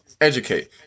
educate